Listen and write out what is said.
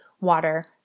Water